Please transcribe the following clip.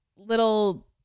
Little